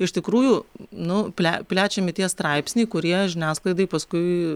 iš tikrųjų nu ple plečiami tie straipsniai kurie žiniasklaidai paskui